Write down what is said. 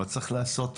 אבל צריך לעשות משהו.